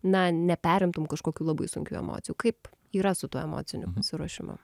na neperimtum kažkokių labai sunkių emocijų kaip yra su tuo emociniu pasiruošimu